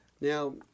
Now